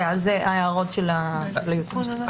ואז ההערות של הייעוץ המשפטי.